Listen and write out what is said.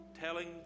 telling